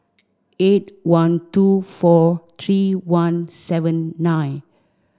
eight one two four three one seven nine